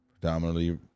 predominantly